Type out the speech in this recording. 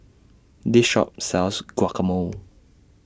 This Shop sells Guacamole